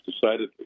decidedly